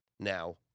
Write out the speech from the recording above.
Now